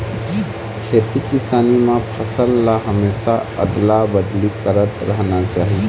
खेती किसानी म फसल ल हमेशा अदला बदली करत रहना चाही